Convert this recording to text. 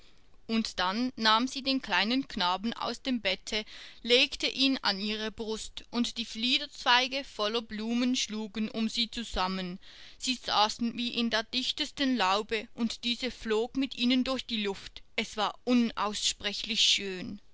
und dann nahm sie den kleinen knaben aus dem bette legte ihn an ihre brust und die fliederzweige voller blumen schlugen um sie zusammen sie saßen wie in der dichtesten laube und diese flog mit ihnen durch die luft es war unaussprechlich schön